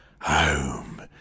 Home